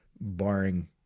barring